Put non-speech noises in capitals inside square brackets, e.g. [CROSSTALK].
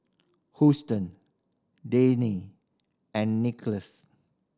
Huston [UNINTELLIGIBLE] and [UNINTELLIGIBLE]